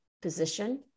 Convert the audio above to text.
position